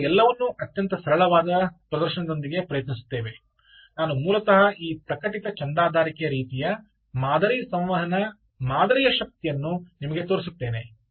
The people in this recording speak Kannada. ಈಗ ನಾವು ಎಲ್ಲವನ್ನೂ ಅತ್ಯಂತ ಸರಳವಾದ ಪ್ರದರ್ಶನದೊಂದಿಗೆ ಪ್ರಯತ್ನಿಸುತ್ತೇವೆ ನಾನು ಮೂಲತಃ ಈ ಪ್ರಕಟಿತ ಚಂದಾದಾರಿಕೆ ರೀತಿಯ ಮಾದರಿ ಸಂವಹನ ಮಾದರಿಯ ಶಕ್ತಿಯನ್ನು ನಿಮಗೆ ತೋರಿಸುತ್ತೇನೆ